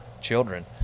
children